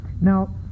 Now